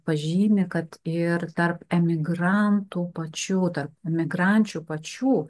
pažymi kad ir tarp emigrantų pačių tarp emigrančių pačių